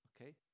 Okay